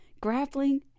Grappling